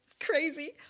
crazy